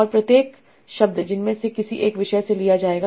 और प्रत्येक शब्द इनमें से किसी एक विषय से लिया जाएगा